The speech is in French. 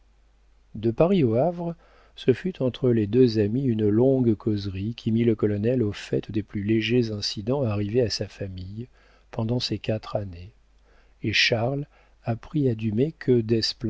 de paris au havre ce fut entre les deux amis une longue causerie qui mit le colonel au fait des plus légers incidents arrivés à sa famille pendant ces quatre années et charles apprit à dumay que